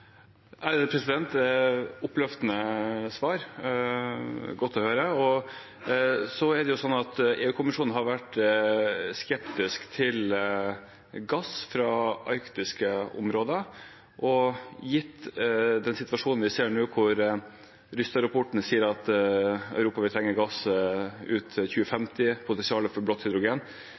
oppløftende svar og godt å høre. Det er sånn at EU-kommisjonen har vært skeptisk til gass fra arktiske områder. Gitt den situasjonen vi ser nå, hvor Rystad-rapporten sier at Europa vil trenge gass ut 2050, og potensialet for blått hydrogen,